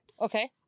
okay